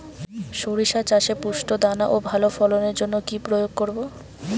শরিষা চাষে পুষ্ট দানা ও ভালো ফলনের জন্য কি প্রয়োগ করব?